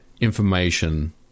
information